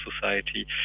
society